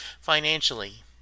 financially